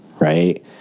right